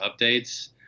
updates